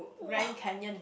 Grand Canyon